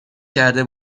کرده